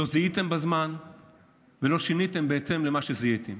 לא זיהיתם בזמן ולא שיניתם בהתאם למה שזיהיתם.